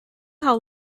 how